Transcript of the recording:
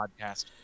podcast